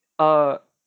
uh